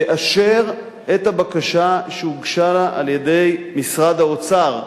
תאשר את הבקשה שהוגשה לה על-ידי משרד האוצר.